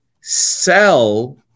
sell